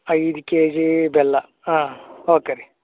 ಐದು ಕೆಜೀ ಬೆಲ್ಲ ಹಾಂ ಓಕೆ ರೀ